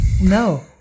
No